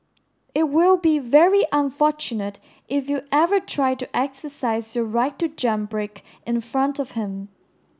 it will be very unfortunate if you ever try to exercise your right to jam brake in front of him